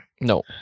No